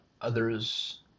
others